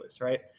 Right